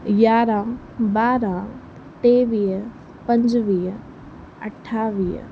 यारहं ॿारहं टेवीह पंजुवीह अठावीह